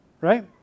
right